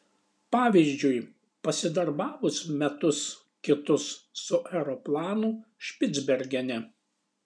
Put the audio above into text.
pavyzdžiui pasidarbavus metus kitus su aeroplanu špicbergene